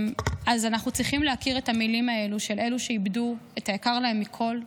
אז אנחנו צריכים להכיר את המילים האלה של אלו שאיבדו את היקר להם מכול,